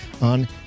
on